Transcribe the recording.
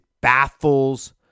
baffles